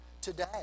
today